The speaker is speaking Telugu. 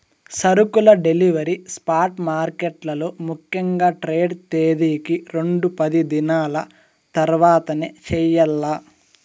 సరుకుల డెలివరీ స్పాట్ మార్కెట్లలో ముఖ్యంగా ట్రేడ్ తేదీకి రెండు పనిదినాల తర్వాతనే చెయ్యాల్ల